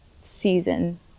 season